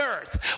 earth